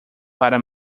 para